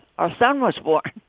our son was born.